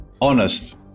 honest